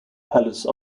palace